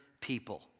people